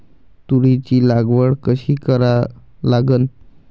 तुरीची लागवड कशी करा लागन?